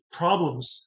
problems